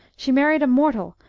she married a mortal,